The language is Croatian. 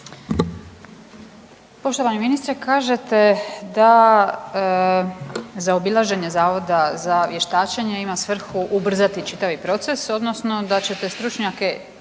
Poštovani ministre, kažete da zaobilaženje Zavoda za vještačenje ima svrhu ubrzati čitav proces, odnosno da ćete stručnjake